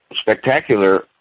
spectacular